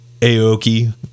Aoki